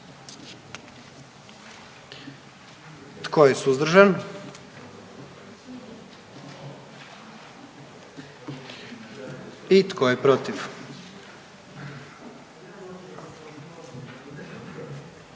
Tko je suzdržan? I tko je protiv?